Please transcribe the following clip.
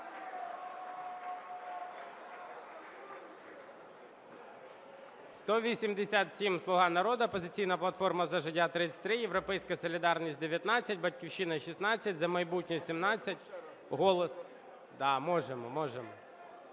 187 – "Слуга народу", "Опозиційна платформа - За життя" – 33, "Європейська солідарність" – 19, "Батьківщина" – 16, "За майбутнє" – 17, "Голос"… Да, можемо, можемо.